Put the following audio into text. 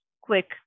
quick